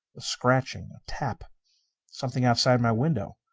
a scratching a tap something outside my window.